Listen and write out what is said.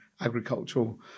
agricultural